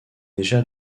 déjà